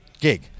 gig